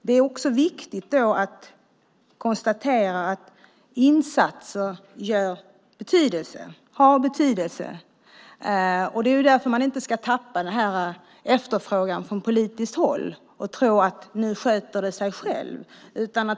Det är också viktigt att konstatera att insatser har betydelse, och det är därför man inte ska tappa efterfrågan från politiskt håll och tro att nu sköter det sig självt.